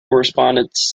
correspondence